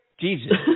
Jesus